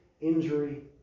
injury